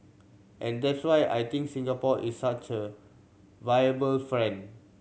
and that's why I think Singapore is such a viable friend